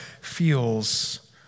feels